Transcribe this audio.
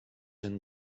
and